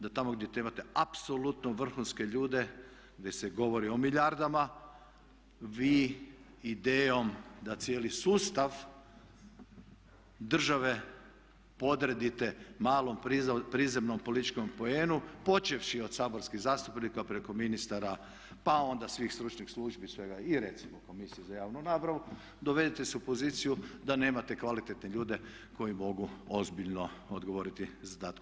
Da tamo gdje trebate apsolutno vrhunske ljude, gdje se govorio o milijardama vi idejom da cijeli sustav države podredite malom prizemnom političkom poenu počevši od saborskih zastupnika preko ministara pa onda svih stručnih službi i svega i recimo Komisije za javnu nabavu dovedete se u poziciju da nemate kvalitetne ljude koji mogu ozbiljno odgovoriti zadatku.